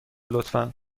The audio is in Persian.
لطفا